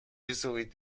easily